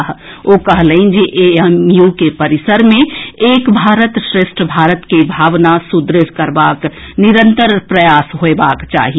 श्री मोदी कहलनि जे A M U के परिसर मे एक भारत श्रेष्ठ भारत के भावना सुदूढ़ करबाक निरंतर प्रयास होएबाक चाही